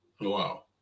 wow